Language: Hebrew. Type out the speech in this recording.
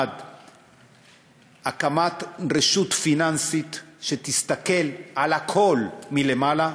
1. הקמת רשות פיננסית שתסתכל על הכול מלמעלה,